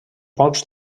pocs